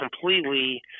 completely